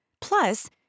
Plus